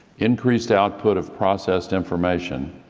increased output of processed information,